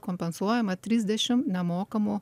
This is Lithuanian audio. kompensuojama trisdešim nemokamų